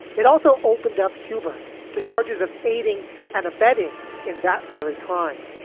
it also opened up hubert to charges of aiding and abetting in that very crime.